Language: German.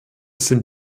sind